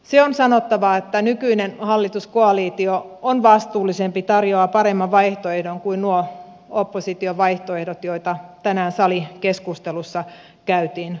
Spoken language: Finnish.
se on sanottava että nykyinen hallituskoalitio on vastuullisempi tarjoaa paremman vaihtoehdon kuin nuo opposition vaihtoehdot joita tänään salikeskustelussa käytiin läpi